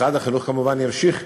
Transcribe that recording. משרד החינוך כמובן ימשיך